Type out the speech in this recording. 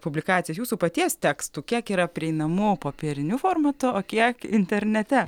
publikacijas jūsų paties tekstų kiek yra prieinamų popieriniu formatu o kiek internete